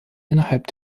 innerhalb